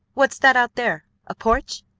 what's that out there, a porch?